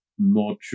module